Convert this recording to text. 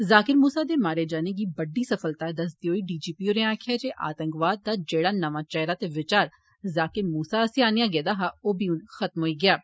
जाकिर मूसा दे मारे जाने गी बड्डी सफलता दसदे होई डीजीपी होरें आक्खेआ जे आतंकवाद दा जेड़ा नमां चेहरा ते विचार जाकिर मूसा आस्सेआ आन्नेआ गेआ ओदा बी हुन खात्मा होई गेआ ऐ